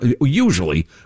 usually